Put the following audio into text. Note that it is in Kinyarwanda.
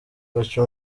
baca